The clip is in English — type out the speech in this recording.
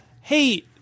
hey